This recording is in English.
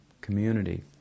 community